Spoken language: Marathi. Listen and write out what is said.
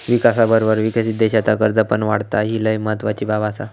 विकासाबरोबर विकसित देशाचा कर्ज पण वाढता, ही लय महत्वाची बाब आसा